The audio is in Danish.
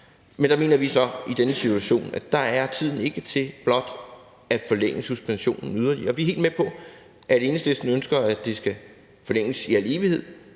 Men vi mener så i denne situation, at der er tiden ikke til blot at forlænge suspensionen yderligere. Vi er helt med på, at Enhedslisten ønsker, at den skal forlænges i al evighed.